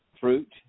fruit